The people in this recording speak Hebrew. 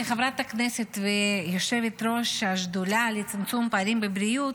כחברת כנסת וכיושבת-ראש השדולה לצמצום פערים בבריאות,